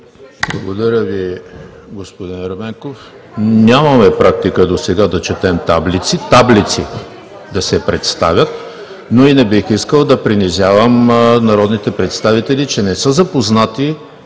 Благодаря Ви, господин Ерменков. Нямаме практика досега да четем таблици, таблици да се представят, но и не бих искал да принизявам народните представители, че не са запознати